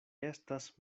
estas